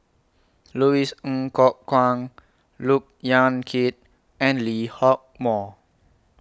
Louis Ng Kok Kwang Look Yan Kit and Lee Hock Moh